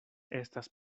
estas